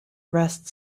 rest